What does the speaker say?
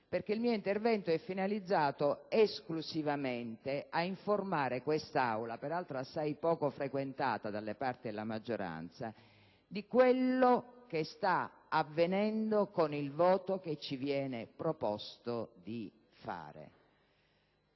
Il mio intervento è finalizzato, infatti, esclusivamente a informare quest'Aula, peraltro assai poco frequentata da parte della maggioranza, di quanto sta avvenendo con il voto che ci viene proposto.